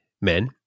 men